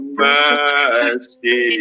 mercy